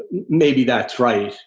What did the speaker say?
maybe that's right.